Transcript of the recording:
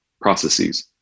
processes